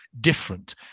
different